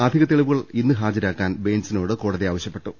അധിക തെളിവു കൾ ഇന്ന് ഹാജരാക്കാൻ ബെയിൻസിനോട് കോടതി ആവശ്യപ്പെട്ടു